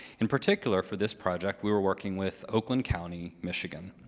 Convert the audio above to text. in particular, for this project, we were working with oakland county, michigan.